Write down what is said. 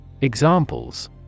Examples